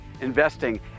investing